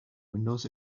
windows